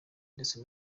ndetse